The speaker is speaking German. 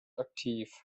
aktiv